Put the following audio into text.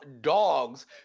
dogs